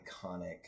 iconic